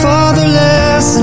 Fatherless